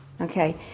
Okay